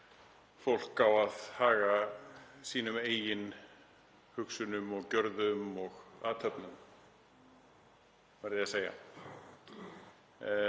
fólk á að haga sínum eigin hugsunum og gjörðum og athöfnum, verð ég að segja.